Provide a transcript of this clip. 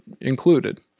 included